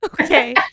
Okay